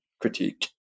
critique